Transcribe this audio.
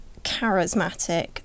charismatic